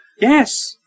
Yes